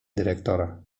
dyrektora